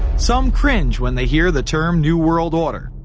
some cringe when they hear the term new world order.